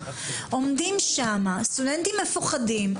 עומדים שם סטודנטים מופחדים,